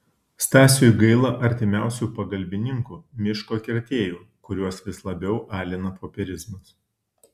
stasiui gaila artimiausių pagalbininkų miško kirtėjų kuriuos vis labiau alina popierizmas